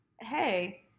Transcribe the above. hey